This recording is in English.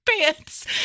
pants